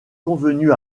convenu